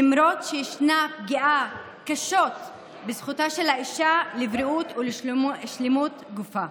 למרות שישנה פגיעה קשות בזכותה של האישה לבריאות ולשלמות גופה.